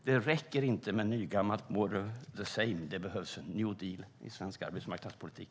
Det räcker inte med nygammalt - more of the same. Det behövs en New Deal i svensk arbetsmarknadspolitik.